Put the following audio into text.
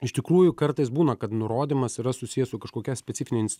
iš tikrųjų kartais būna kad nurodymas yra susijęs su kažkokia specifine inst